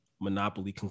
monopoly